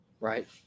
Right